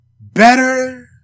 Better